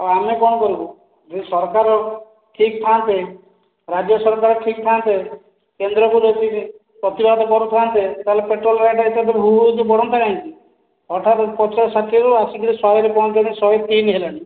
ଆଉ ଆମେ କଣ କରିବୁ ଯଦି ସରକାର ଠିକ୍ ଥାନ୍ତେ ରାଜ୍ୟ ସରକାର ଠିକ୍ ଥାନ୍ତେ କେନ୍ଦ୍ରକୁ ଯଦି ପ୍ରତିବାଦ କରୁଥାନ୍ତେ ତାହେଲେ ପେଟ୍ରୋଲ ରେଟ୍ ଏତେ ହୁ ହୁ ହେଇକି ବଢ଼ନ୍ତା କାହିଁକି ହଠାତ୍ ପଚାଶ ଷାଠିଏରୁ ଏବେ ଶହେ ପହଞ୍ଚିକି ଶହେ ତିନି ହେଲାଣି